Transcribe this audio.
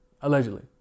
allegedly